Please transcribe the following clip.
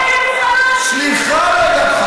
כן,